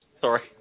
Sorry